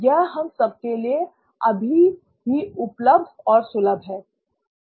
यह हम सबके लिए अभी भी उपलब्ध और सुलभ है